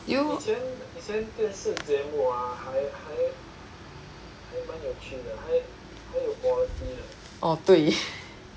do you orh 对